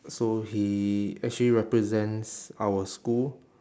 so he actually represents our school